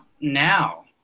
now